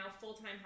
full-time